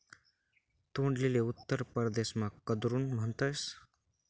तोंडलीले उत्तर परदेसमा कुद्रुन म्हणतस